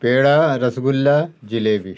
پیڑا rasgulla jalebi